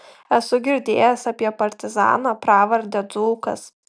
esu girdėjęs apie partizaną pravarde dzūkas